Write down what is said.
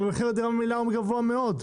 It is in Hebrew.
אבל מחיר הדירה הוא ממילא גבוה מאוד.